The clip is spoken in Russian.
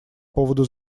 поводу